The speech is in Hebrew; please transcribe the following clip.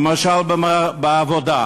למשל בעבודה,